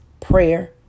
prayer